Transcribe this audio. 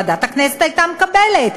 ועדת הכנסת הייתה מקבלת,